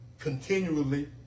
continually